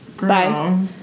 Bye